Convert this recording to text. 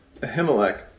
Ahimelech